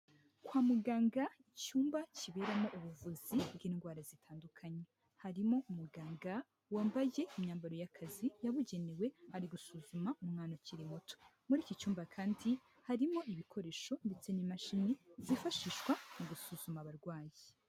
Kwa muganga icyumba kiberamo ubuvuzi bw'indwara zitandukanye, harimo umuganga wambayege imyambaro y'akazi yabugenewe, ari gusuzuma umwana ukiri muto, muri iki cyumba kandi harimo ibikoresho ndetse n'imashini zifashishwa mu gusuzuma abarwayi.